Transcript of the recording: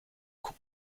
guck